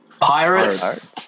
Pirates